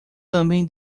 também